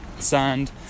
Sand